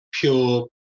pure